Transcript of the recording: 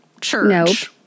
church